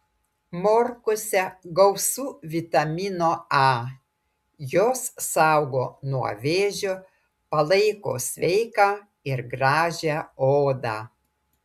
morkose gausu vitamino a jos saugo nuo vėžio palaiko sveiką ir gražią odą